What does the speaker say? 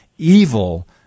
evil